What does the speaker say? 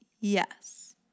yes